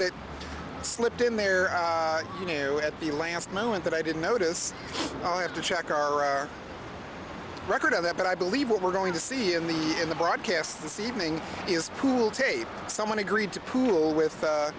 that slipped in there you knew at the last moment that i didn't notice i'll have to check our record on that but i believe what we're going to see in the in the broadcast this evening is pool tape someone agreed to pool with